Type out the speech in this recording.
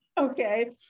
Okay